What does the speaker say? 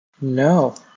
No